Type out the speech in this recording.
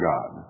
God